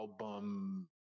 album